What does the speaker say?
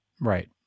Right